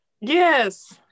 Yes